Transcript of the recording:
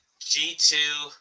G2